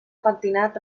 pentinat